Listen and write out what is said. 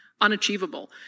unachievable